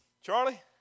Charlie